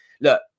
Look